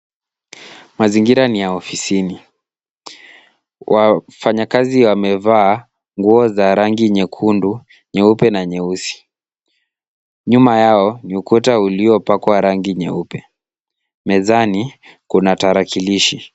Mazingira ni ya ofisini. Wafanyikazi wamevaa nguo za rangi nyekundu, nyeupe na nyeusi. Nyuma yao ni ukuta uliopakwa rangi nyeupe, mezani kuna tarakilishi.